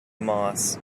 moss